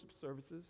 services